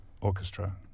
Orchestra